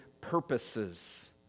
purposes